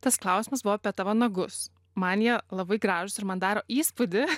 tas klausimas buvo apie tavo nagus man jie labai gražūs ir man daro įspūdį